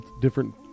different